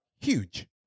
huge